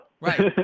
Right